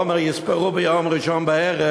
ל"ג בערב יספרו ביום ראשון בערב,